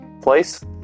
place